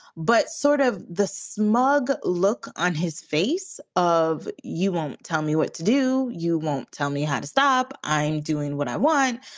but sort of the smug look on his face of you won't tell me what to do. you won't tell me how to stop. i'm doing what i want.